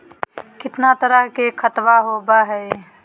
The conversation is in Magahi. कितना तरह के खातवा होव हई?